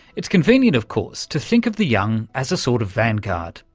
it's convenient, of course, to think of the young as a sort of vanguard,